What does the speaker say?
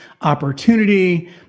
opportunity